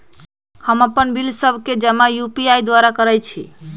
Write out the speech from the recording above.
हम अप्पन बिल सभ के जमा यू.पी.आई द्वारा करइ छी